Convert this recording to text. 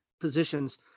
positions